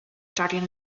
starting